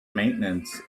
maintenance